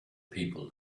people